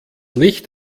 licht